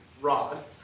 rod